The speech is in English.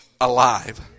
alive